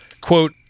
quote